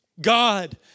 God